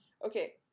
Okay